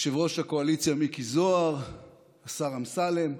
ליושב-ראש הקואליציה מיקי זוהר ולשר אמסלם.